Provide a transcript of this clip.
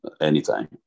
anytime